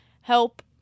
help